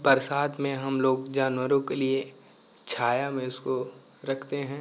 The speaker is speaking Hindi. बरसात में हम लोग जानवरों के लिए छाया में उसको रखते हैं